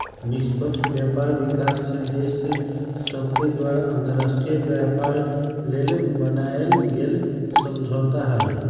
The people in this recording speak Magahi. निष्पक्ष व्यापार विकासशील देश सभके द्वारा अंतर्राष्ट्रीय व्यापार लेल बनायल गेल समझौता हइ